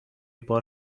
بار